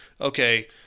Okay